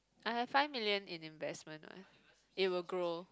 I have five million in investment what it will grow